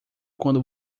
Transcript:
quando